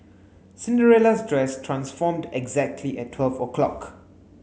Cinderella's dress transformed exactly at twelve o'clock